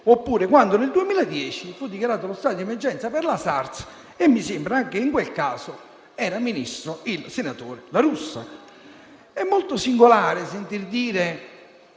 Ancora, nel 2010 fu dichiarato lo stato di emergenza per la SARS, e mi sembra che anche in quel caso fosse ministro il senatore La Russa. È molto singolare, poi, sentir dire,